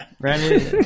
Randy